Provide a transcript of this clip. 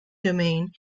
domain